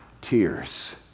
tears